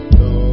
no